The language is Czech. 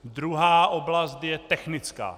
Druhá oblast je technická.